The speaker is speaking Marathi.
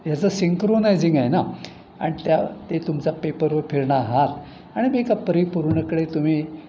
ह्याचं सिंक्रोनायझिंग आहे ना आणि त्या ते तुमचा पेपरवर फिरणारा हात आणि मग एका परीपूर्ण कडे तुम्ही